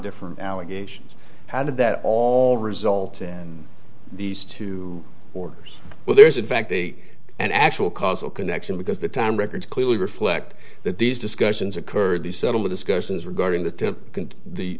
different allegations how did that all result in these two or well there's a fact they an actual causal connection because the time records clearly reflect that these discussions occurred the settle the discussions regarding the to the